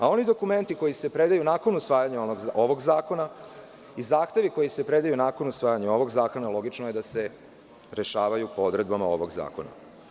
Oni dokumenti koji se predaju nakon usvajanja ovog zakona i zahtevi koji se predaju nakon usvajanja ovog zakona, logično je da se rešavaju po odredbama ovog zakona.